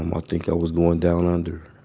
um i think i was going down under.